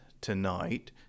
tonight